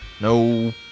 No